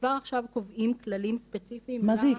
כבר עכשיו קובעים כללים ספציפיים --- מה זה?